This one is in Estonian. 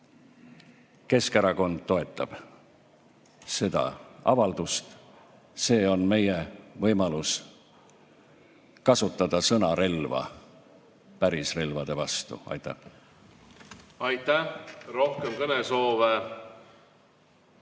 Keskerakond toetab seda avaldust, see on meie võimalus kasutada sõnarelva pärisrelvade vastu. Aitäh! Aitäh! Rohkem kõnesoove